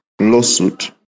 lawsuit